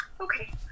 okay